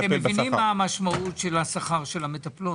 אתם מבינים מה המשמעות של השכר של המטפלות.